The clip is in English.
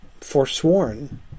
forsworn